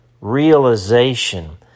realization